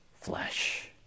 flesh